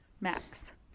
max